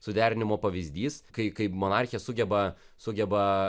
suderinimo pavyzdys kai kai monarchija sugeba sugeba